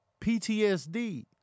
PTSD